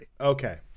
Okay